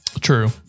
True